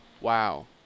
Wow